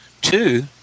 Two